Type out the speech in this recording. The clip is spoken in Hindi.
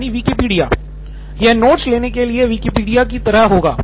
नितिन कुरियन यह नोट्स के लिए Wikipedia की तरह होगा